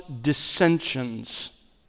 dissensions